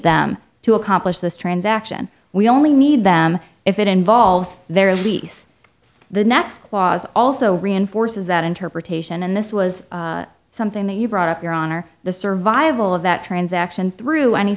them to accomplish this transaction we only need them if it involves their lease the next clause also reinforces that interpretation and this was something that you brought up your honor the survival of that transaction through any